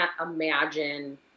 imagine